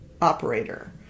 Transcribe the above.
operator